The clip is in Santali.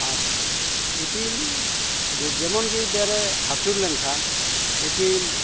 ᱟᱨ ᱤᱯᱤᱞ ᱡᱮᱢᱚᱱ ᱜᱮ ᱵᱮᱨᱮ ᱦᱟᱹᱥᱩᱨ ᱞᱮᱱᱠᱷᱟᱱ ᱤᱯᱤᱞ